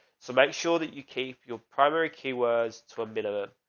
so make sure that you keep your primary keywords to a miller.